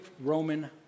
Roman